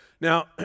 Now